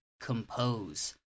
compose